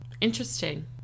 Interesting